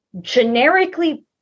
generically